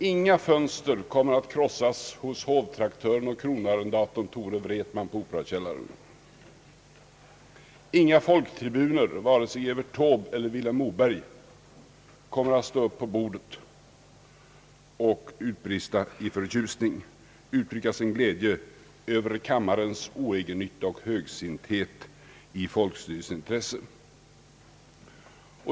Inga fönster kommer att krossas hos hovtraktören och kronoarrendatorn Tore Wretman på Operakällaren. Ingen folktribun, vare sig Evert Taube eller Vilhelm Moberg, kommer att stå upp på bordet och uttrycka sin glädje över kammarens oegennytta och högsinthet i folkstyrelsens intresse.